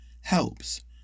helps